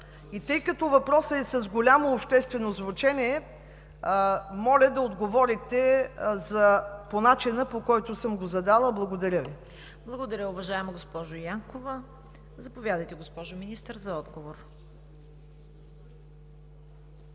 и тъй като въпросът е с голямо обществено звучене, моля да отговорите по начина, по който съм го задала. Благодаря Ви. ПРЕДСЕДАТЕЛ ЦВЕТА КАРАЯНЧЕВА: Благодаря, уважаема госпожо Янкова. Заповядайте, госпожо Министър, за отговор.